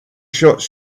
shots